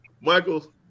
Michael